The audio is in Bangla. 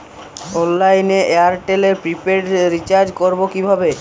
অনলাইনে এয়ারটেলে প্রিপেড রির্চাজ করবো কিভাবে?